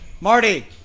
Marty